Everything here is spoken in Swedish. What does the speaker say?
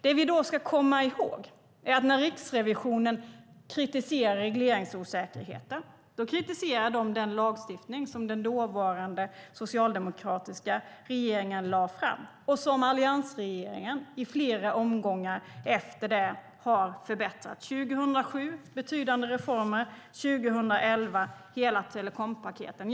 Det vi ska komma ihåg är att när Riksrevisionen kritiserar regleringsosäkerheten kritiserar de den lagstiftning som den dåvarande socialdemokratiska regeringen lade fram, och som alliansregeringen i flera omgångar efter det har förbättrat, med betydande reformer 2007 och hela telekompaketet 2011.